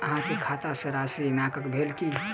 अहाँ के खाता सॅ राशि ऋणांकन भेल की?